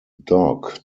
dog